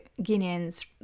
Guineans